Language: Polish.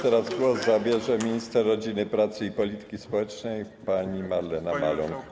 Teraz głos zabierze minister rodziny, pracy i polityki społecznej Marlena Maląg.